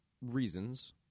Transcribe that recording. reasons